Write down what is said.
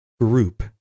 group